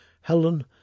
Helen